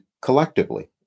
collectively